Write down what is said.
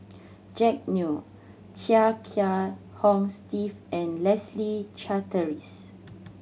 Jack Neo Chia Kiah Hong Steve and Leslie Charteris